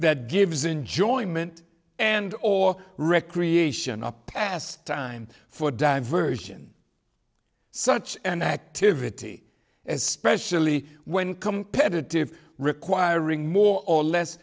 that gives enjoyment and or recreation a pastime for diversion such an activity especially when competitive requiring more or less